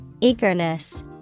Eagerness